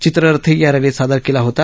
चित्ररथही या रॅलीत सादर केला होता